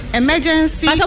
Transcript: emergency